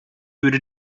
würde